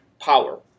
power